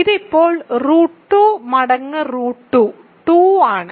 ഇത് ഇപ്പോൾ √2 മടങ്ങ് √2 2 ആണ്